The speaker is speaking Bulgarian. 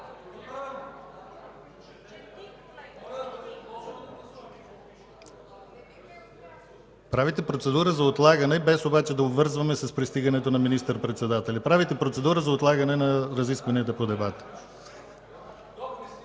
Правите процедура за отлагане, без обаче да обвързваме с пристигането на министър-председателя. Правите процедура за отлагане на разискванията по дебата.